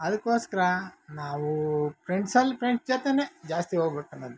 ಅದಕ್ಕೋಸ್ಕ್ರ ನಾವು ಫ್ರೆಂಡ್ಸಲ್ಲಿ ಫ್ರೆಂಡ್ಸ್ ಜೊತೆನೇ ಜಾಸ್ತಿ ಹೋಗ್ಬೇಕನ್ನೋದು